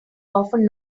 often